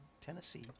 Tennessee